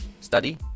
study